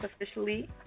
officially